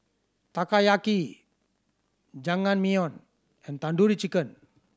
Takoyaki Jajangmyeon and Tandoori Chicken